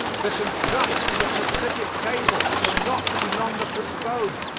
the construction of a pacific cable can not be longer postponed.